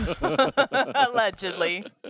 Allegedly